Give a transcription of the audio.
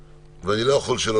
אני לא יכול שלא